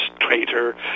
Traitor